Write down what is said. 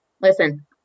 Listen